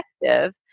effective